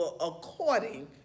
according